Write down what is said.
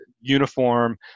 uniform